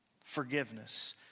Forgiveness